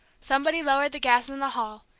somebody lowered the gas in the hall,